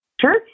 Sure